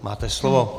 Máte slovo.